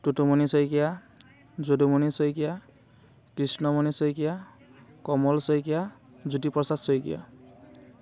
Tutumoni Saikia Jadumoni Saikia Krishnamoni Saikia Kamal Saikia Jyotiprasad Saikia